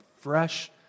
fresh